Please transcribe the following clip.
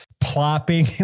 plopping